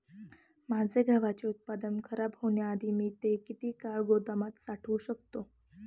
माझे गव्हाचे उत्पादन खराब होण्याआधी मी ते किती काळ गोदामात साठवू शकतो?